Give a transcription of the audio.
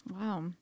Wow